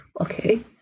Okay